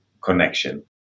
connection